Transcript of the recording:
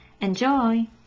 Enjoy